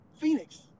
Phoenix